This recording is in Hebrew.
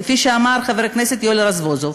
כפי שאמר חבר הכנסת יואל רזבוזוב,